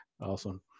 Awesome